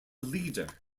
leader